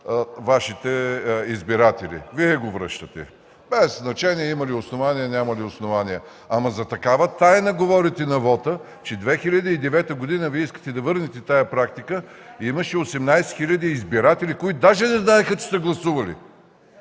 Вашите избиратели – Вие го връщате, без значение има ли основание, няма ли основание. За такава тайна на вота говорите, че през 2009 г. – Вие искате да върнете тази практика, имаше 18 хил. избиратели, които даже не знаеха, че са гласували!